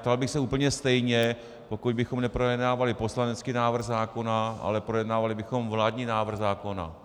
Ptal bych se úplně stejně, pokud bychom neprojednávali poslanecký návrh zákona, ale projednávali bychom vládní návrh zákona.